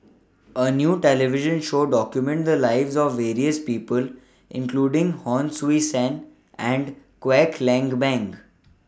A New television Show documented The Lives of various People including Hon Sui Sen and Kwek Leng Beng